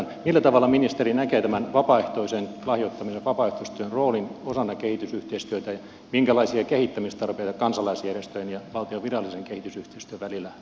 millä tavalla ministeri näkee tämän vapaaehtoisen lahjoittamisen vapaaehtoistyön roolin osana kehitysyhteistyötä ja minkälaisia kehittämistarpeita kansalaisjärjestöjen ja valtion virallisen kehitysyhteistyön välillä näette